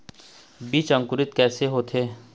बीज अंकुरित कैसे होथे?